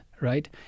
right